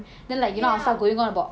ya